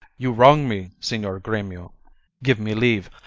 you wrong me, signior gremio give me leave.